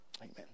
Amen